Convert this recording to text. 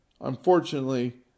Unfortunately